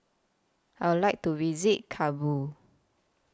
I Would like to visit Kabul